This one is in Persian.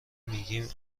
میگیم